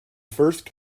first